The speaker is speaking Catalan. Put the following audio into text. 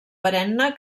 perenne